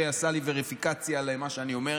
שעשה לי וריפיקציה למה שאני אומר,